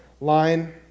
line